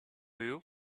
you